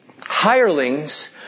hirelings